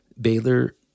Baylor